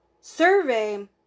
survey